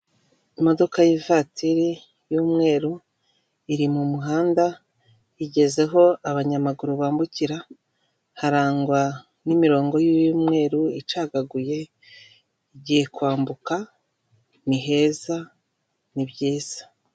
Imodoka y'ivatiri y'umweru iri mu muhanda igeze aho abanyamaguru bambukira harangwa n'imirongo y'umweru icagaguye igiye kwambuka ni heza ni byiza.